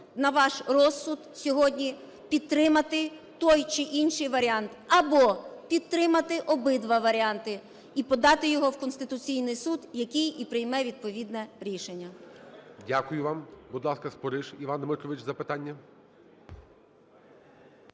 на ваш розсуд сьогодні підтримати той чи інший варіант, або підтримати обидва варіанти, і подати його в Конституційний Суд, який і прийме відповідне рішення. ГОЛОВУЮЧИЙ. Дякую вам. Будь ласка, Спориш Іван Дмитрович, запитання.